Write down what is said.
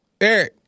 Eric